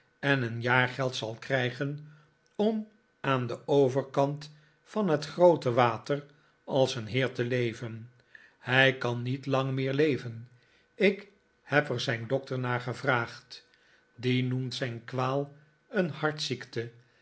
en een jaargeld zal krijgen om aan den overkant van het groote water als een heer te leveh hij kan niet lang meer leven ik heb er zijn dokter naargevraagd die noemt zijn kwaal een